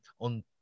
on